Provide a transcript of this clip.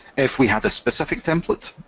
if we had a specific template,